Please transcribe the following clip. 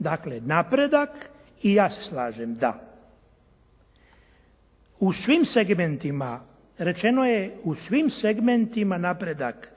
Dakle, napredak i ja se slažem da. U svim segmentima, rečeno je, u svim segmentima napredak.